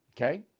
Okay